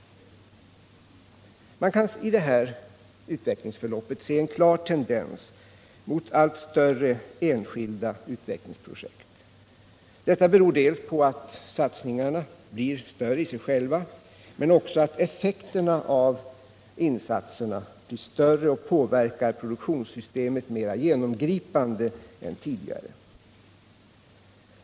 Man kan i det här förloppet se en klar tendens mot allt större enskilda utvecklingsprojekt. Detta beror på att satsningarna blir större i sig själva men också på att effekterna av insatserna blir större och påverkar produktionssystemet mer genomgripande än tidigare.